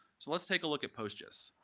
so let's take a look at postgis.